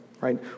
right